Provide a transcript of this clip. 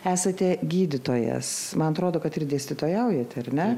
esate gydytojas man atrodo kad ir dėstytojaujate ar ne